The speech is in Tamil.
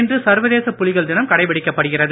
இன்று சர்வதேச புலிகள் தினம் கடைப்பிடிக்கப்படுகிறது